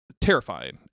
Terrifying